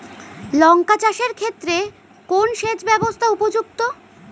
লঙ্কা চাষের ক্ষেত্রে কোন সেচব্যবস্থা উপযুক্ত?